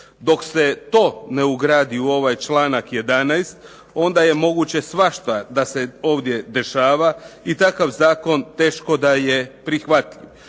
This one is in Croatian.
Dok se to ne ugradi u ovaj članak 11. onda je moguće svašta da se ovdje dešava i takav zakon teško da je prihvatljiv.